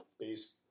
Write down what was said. Peace